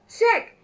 check